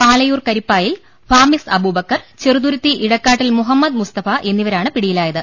പാലയൂർ കരിപ്പായിൽ ഫാമിസ് അബൂബക്കർ ചെറുതുരുത്തി ഇടക്കാട്ടിൽ മുഹമ്മദ് മുസ്തഫ എന്നിവരാണ് പിടിയിലായത്